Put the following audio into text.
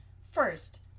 First